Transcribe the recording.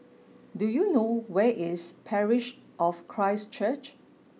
do you know where is Parish of Christ Church